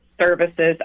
services